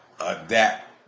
adapt